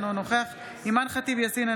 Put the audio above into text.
אינו נוכח אימאן ח'טיב יאסין,